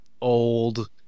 old